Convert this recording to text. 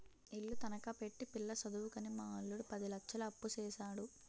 ఇల్లు తనఖా పెట్టి పిల్ల సదువుకని మా అల్లుడు పది లచ్చలు అప్పుసేసాడు